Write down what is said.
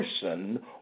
person